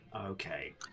okay